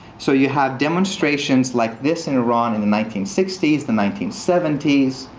so you have demonstrations like this in iran in the nineteen sixty s, the nineteen seventy s.